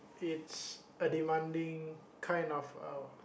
it's a demanding kind of uh